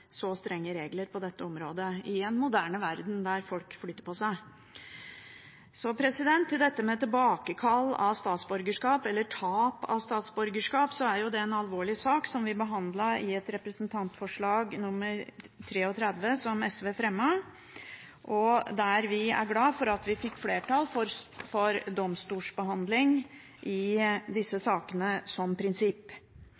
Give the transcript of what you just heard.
så strenge regler på dette området i en moderne verden der folk flytter på seg. Så til dette med tilbakekall av statsborgerskap, eller tap av statsborgerskap. Det er en alvorlig sak som vi behandlet i forbindelse med Dokument 8:33 S for 2016–2017, som SV fremmet. Vi er glad for at vi der fikk flertall for domstolsbehandling i